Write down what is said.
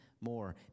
more